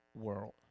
world